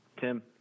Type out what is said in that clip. Tim